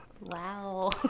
Wow